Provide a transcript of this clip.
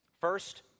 First